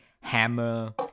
hammer